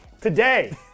Today